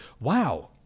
Wow